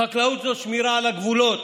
חקלאות זה שמירה על הגבולות,